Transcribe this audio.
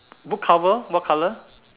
book cover what colour